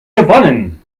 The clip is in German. gewonnen